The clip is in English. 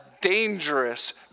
dangerous